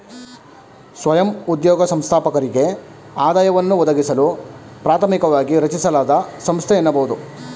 ಸ್ವಯಂ ಉದ್ಯೋಗ ಸಂಸ್ಥಾಪಕರಿಗೆ ಆದಾಯವನ್ನ ಒದಗಿಸಲು ಪ್ರಾಥಮಿಕವಾಗಿ ರಚಿಸಲಾದ ಸಂಸ್ಥೆ ಎನ್ನಬಹುದು